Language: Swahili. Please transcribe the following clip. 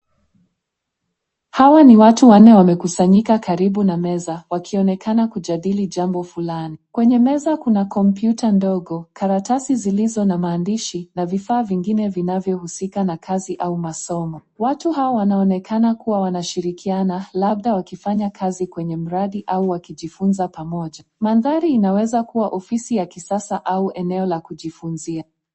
Hawa ni watu wanne wamekusanyika karibu na meza wakionekana kujadili jambo fulani. Kwenye meza kuna kompyuta ndogo, karatasi zilizo na maandishi na vifaa vingine vinavyohusika na kazi au masomo. Watu hao wanaonekana kuwa wanashilikiana labda wakifanya kazi kwenye maradi au wakijifunza pamoja. Madhari inaweza kuwa ofisi ya kisasa au eneo la kujifunzia.